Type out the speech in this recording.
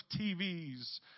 TVs